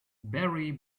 barry